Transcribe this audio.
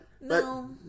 No